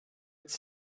its